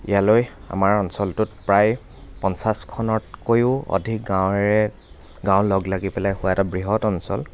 ইয়ালৈ আমাৰ অঞ্চলটোত প্ৰায় পঞ্চাছখনতকৈও অধিক গাঁৱেৰে গাঁও লগ লাগি পেলাই হোৱা এটা বৃহৎ অঞ্চল